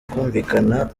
kumvikana